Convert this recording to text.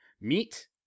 meat